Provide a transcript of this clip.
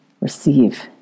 receive